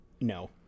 No